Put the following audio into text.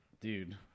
dude